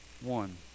One